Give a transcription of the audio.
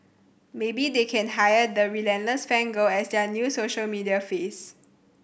maybe they can hire the relentless fan girl as their new social media face